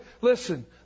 listen